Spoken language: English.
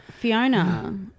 Fiona